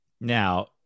Now